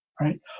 right